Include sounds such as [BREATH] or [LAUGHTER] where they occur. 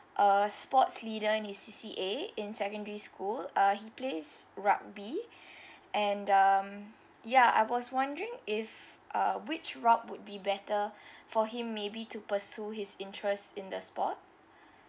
uh sports leader in C_C_A in secondary school uh he plays rugby [BREATH] and um ya I was wondering if uh which route would be better [BREATH] for him maybe to pursue his interest in the sport